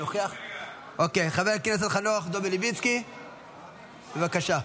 --- חבר הכנסת חנוך דב מלביצקי, בבקשה.